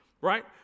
right